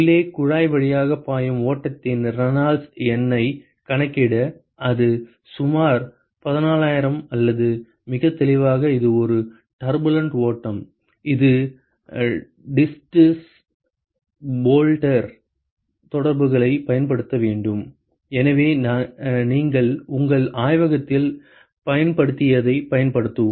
உள்ளே குழாய் வழியாகப் பாயும் ஓட்டத்தின் ரெனால்ட்ஸ் எண்ணைக் கணக்கிட அது சுமார் 14000 அல்லது மிகத் தெளிவாக இது ஒரு டர்புலெண்ட் ஓட்டம் இது டிட்டஸ் போல்டர் தொடர்புகளைப் பயன்படுத்த வேண்டும் எனவே நீங்கள் உங்கள் ஆய்வகத்தில் பயன்படுத்தியதைப் பயன்படுத்தவும்